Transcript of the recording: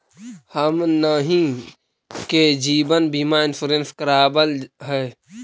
हमनहि के जिवन बिमा इंश्योरेंस करावल है?